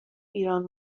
ایران